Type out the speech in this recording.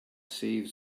saved